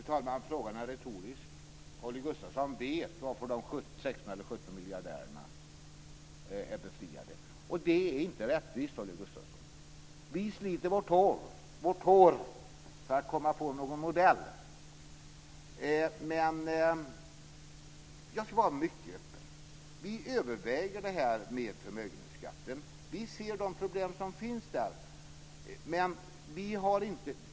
Fru talman! Frågan är retorisk. Holger Gustafsson vet varför de 17 miljardärerna är befriade, och det är inte rättvist, Holger Gustafsson. Vi sliter vårt hår för att komma på någon modell. Men jag ska vara mycket öppen. Vi överväger frågan om förmögenhetsskatten. Vi ser de problem som finns i fråga om detta.